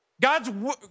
God's